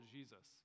Jesus